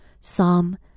Psalm